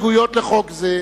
(היוועדות חזותית,